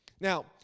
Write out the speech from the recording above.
Now